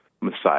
messiah